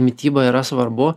mityba yra svarbu